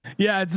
yeah.